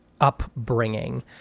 upbringing